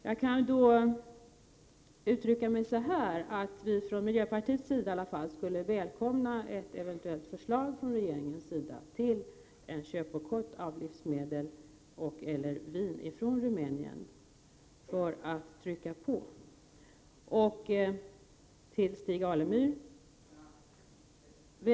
Jag kan uttrycka mig så, att vi inom miljöpartiet skulle välkomna ett förslag från regeringen om en köpbojkott av livsmedel och/eller vin från Rumänien för att trycka på.